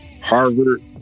Harvard